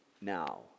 now